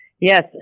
Yes